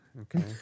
Okay